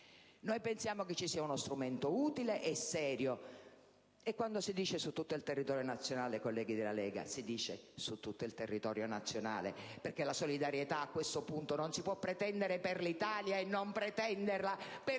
di meno - ci sia uno strumento utile serio. E quando si dice «su tutto il territorio nazionale», colleghi della Lega, si dice «su tutto il territorio nazionale», perché la solidarietà su questo punto non la si può pretendere per l'Italia e non pretenderla per tutte